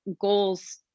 goals